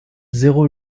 zéro